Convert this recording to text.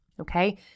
Okay